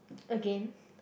again